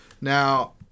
Now